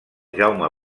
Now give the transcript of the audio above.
jaume